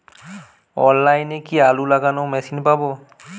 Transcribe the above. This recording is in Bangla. অনলাইনে কি আলু লাগানো মেশিন পাব?